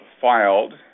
filed